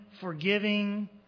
forgiving